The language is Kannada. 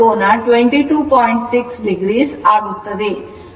6 o ಆಗುತ್ತದೆ